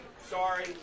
Sorry